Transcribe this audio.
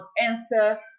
Answer